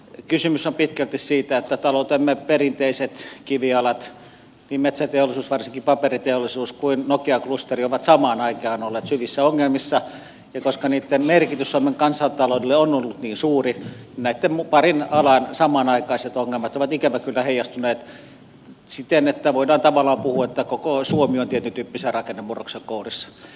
kysymys on pitkälti siitä että taloutemme perinteiset kivijalat niin metsäteollisuus varsinkin paperiteollisuus kuin nokia klusteri ovat samaan aikaan olleet syvissä ongelmissa ja koska niitten merkitys suomen kansantaloudelle on ollut niin suuri näitten parin alan samanaikaiset ongelmat ovat ikävä kyllä heijastuneet siten että voidaan tavallaan puhua että koko suomi on tietyntyyppisen rakennemurroksen kourissa